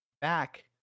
back